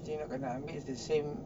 so nak kena ambil I mean it's the same